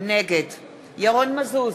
נגד ירון מזוז,